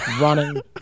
running